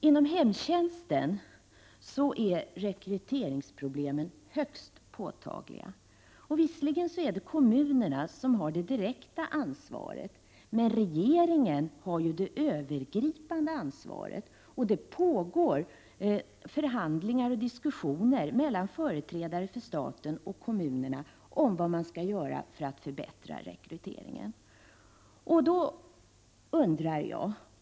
Inom hemtjänsten är rekryteringsproblemen högst påtagliga. Visserligen är det kommunerna som har det direkta ansvaret, men regeringen har det övergripande ansvaret. Förhandlingar och diskussioner pågår mellan företrädare för staten och kommunerna om vad man skall göra för att förbättra rekryteringen.